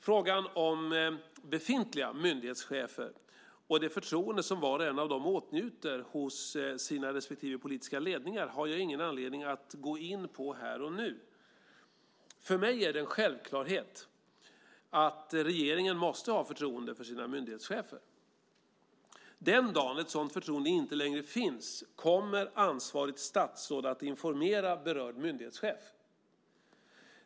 Frågan om befintliga myndighetschefer och det förtroende som var och en av dem åtnjuter hos sina respektive politiska ledningar har jag ingen anledning att gå in på här och nu. För mig är det en självklarhet att regeringen måste ha förtroende för sina myndighetschefer. Den dagen ett sådant förtroende inte längre finns kommer ansvarigt statsråd att informera berörd myndighetschef.